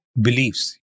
beliefs